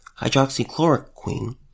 hydroxychloroquine